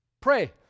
Pray